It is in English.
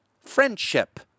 Friendship